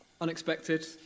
unexpected